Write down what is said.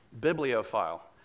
Bibliophile